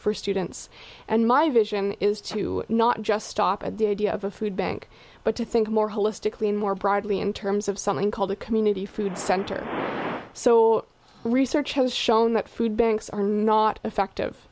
for students and my vision is to not just stop at the idea of a food bank but to think more holistically and more broadly in terms of something called a community food center so research has shown that food banks are not effective